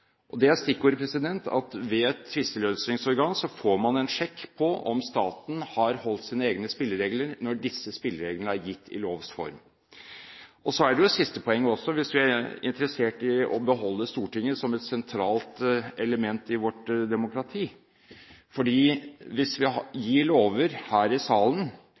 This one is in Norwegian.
Og det er stikkordet: Med et tvisteløsningsorgan får man en sjekk på om staten har holdt sine egne spilleregler, når disse spillereglene er gitt i lovs form. Så er det også et siste poeng, hvis vi er interessert i å beholde Stortinget som et sentralt element i vårt demokrati: Hvis vi gir lover her i salen,